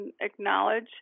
acknowledge